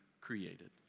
created